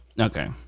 okay